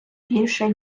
більше